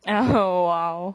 oh !wow!